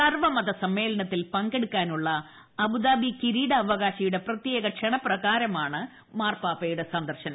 സർവ്വമത സമ്മേളനത്തിൽ പങ്കെടുക്കാനുള്ള അബുദാബി കിരീടവകാശിയുടെ പ്രത്യേക ക്ഷണപ്രകാരമാണ് മാർപ്പാപ്പയുടെ സന്ദർശനം